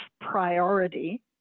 priority